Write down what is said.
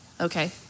okay